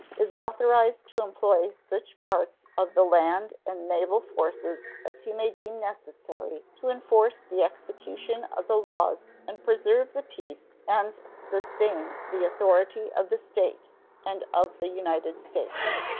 is authorized to employ such parts of the land and naval forces as he may deem necessary to enforce the execution of the laws and preserve the peace and sustain the authority of the state and of the united states.